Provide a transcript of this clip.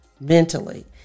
mentally